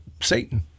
Satan